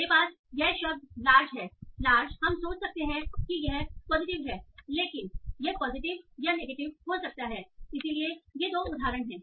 मेरे पास यह शब्द लार्ज है लार्ज हम सोच सकते हैं कि यह पॉजिटिव है लेकिन यह पॉजिटिव या नेगेटिव हो सकता है इसलिए ये दो उदाहरण हैं